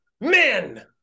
men